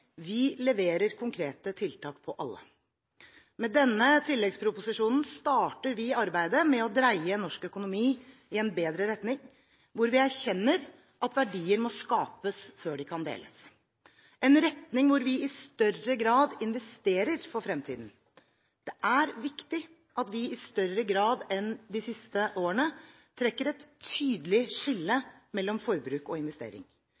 Vi leverer konkrete tiltak på alle. Med denne tilleggsproposisjonen starter vi arbeidet med å dreie norsk økonomi i en bedre retning, hvor vi erkjenner at verdier må skapes før de kan deles – en retning hvor vi i større grad investerer for fremtiden. Det er viktig at vi i større grad enn i de siste årene trekker et tydelig skille mellom forbruk og investering.